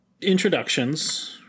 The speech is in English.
introductions